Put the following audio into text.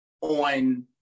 on